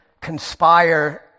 conspire